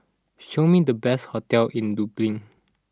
show me the best hotels in Dublin